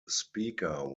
speaker